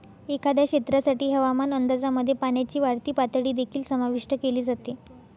एखाद्या क्षेत्रासाठी हवामान अंदाजामध्ये पाण्याची वाढती पातळी देखील समाविष्ट केली जाते